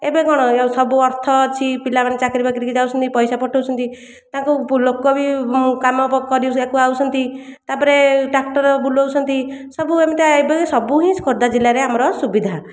ଏବେ କ'ଣ ସବୁ ଅର୍ଥ ଅଛି ପିଲାମାନେ ଚାକିରୀ ବାକିରି କି ଯାଉଛନ୍ତି ପଇସା ପଠାଉଛନ୍ତି ତାଙ୍କୁ ଲୋକ ବି କାମ କରିବାକୁ ଆସୁଛନ୍ତି ତା'ପରେ ଟ୍ରାକ୍ଟର ବୁଲାଉଛନ୍ତି ଏବେ ସେମିତିଆ ସବୁ ହିଁ ଖୋର୍ଦ୍ଧା ଜିଲ୍ଲାରେ ଆମର ସୁବିଧା